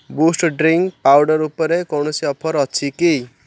boost drink powder ଉପରେ କୌଣସି offer ଅଛି କି